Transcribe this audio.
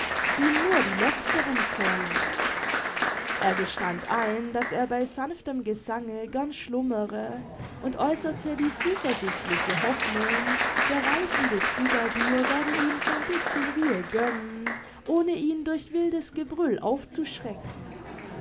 ihm nur die letzteren vorlas er gestand ein daß er bei sanftem gesange gern schlummere und äußerte die zuversichtliche hoffnung der reisende troubadour werde ihm sein bißchen ruhe gönnen ohne ihn durch wildes gebrüll aufzuschrecken